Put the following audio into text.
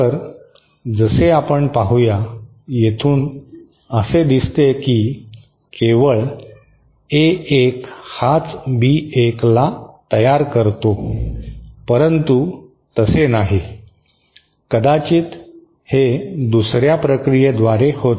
तर जसे आपण पाहूया येथून असे दिसते की केवळ ए 1 हाच बी 1 ला तयार करतो परंतु तसे नाही कदाचित हे दुसर्या प्रक्रियेद्वारे होते